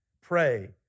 Pray